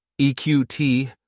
EQT